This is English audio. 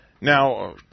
Now